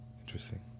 Interesting